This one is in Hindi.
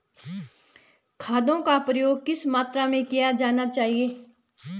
खादों का प्रयोग किस मात्रा में किया जाना चाहिए?